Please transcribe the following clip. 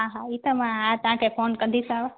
हा हा हीअ त मां तव्हांखे फ़ोन कंदीसांव